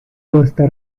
costa